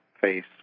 face